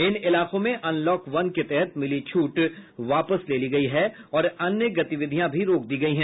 इन इलाकों में unlock one के तहत मिली छूट वापस ले ली गयी है और अन्य गतिविधियां भी रोक दी गयी है